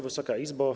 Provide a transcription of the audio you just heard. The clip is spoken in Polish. Wysoka Izbo!